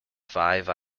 five